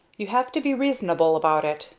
you have to be reasonable about it,